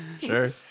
sure